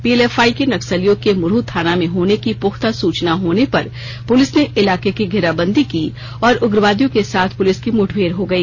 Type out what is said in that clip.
PLFI के नक्सलियों के मूरह थाना में होने की प्रख्ता सूचना होने पर पुलिस ने इलाके की घेराबंदी की और उग्रवादियों के साथ पुलिस की मुठभेड़ हो गई